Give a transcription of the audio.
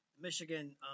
Michigan